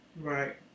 Right